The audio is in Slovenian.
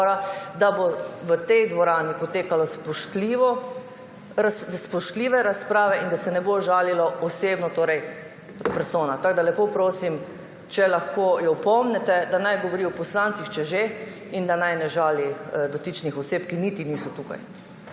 da bodo v tej dvorani potekale spoštljive razprave in da se ne bo žalilo osebno, torej ad personam. Tako da lepo prosim, če jo lahko opomnite, da naj govori o poslancih, če že, in da naj ne žali dotičnih oseb, ki niti niso tukaj.